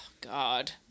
God